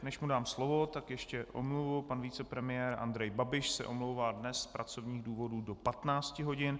Než mu dám slovo, tak ještě omluvu: pan vicepremiér Andrej Babiš se omlouvá dnes z pracovních důvodů do 15 hodin.